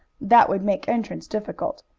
that would make entrance difficult,